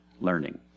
learning